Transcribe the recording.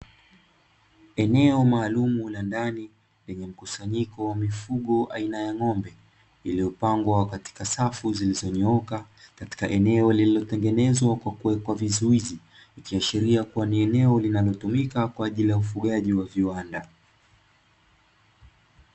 Eneo maalumu la ndani lenye mkusanyiko wa mifugo aina ya ng’ombe, iliyopangwa katika safu ziliyonyooka, katika eneo lililotengenezwa kwa kuweka vizuizi; ikiashiria ni eneo linalotumika kwaajili ya ufugaji wa viwanda.